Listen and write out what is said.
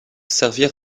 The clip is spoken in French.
servir